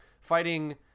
fighting